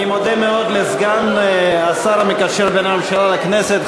אני מודה מאוד לסגן השר המקשר בין הממשלה לכנסת,